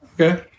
Okay